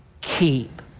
keep